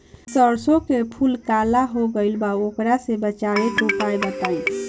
सरसों के फूल काला हो गएल बा वोकरा से बचाव के उपाय बताई?